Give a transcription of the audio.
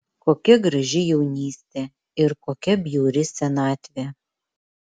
kokia graži jaunystė ir kokia bjauri senatvė